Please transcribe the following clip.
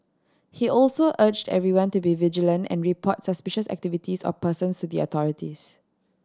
he also urged everyone to be vigilant and report suspicious activities or persons to the authorities